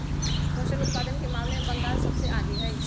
फसल उत्पादन के मामले में बंगाल सबसे आगे हई